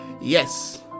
Yes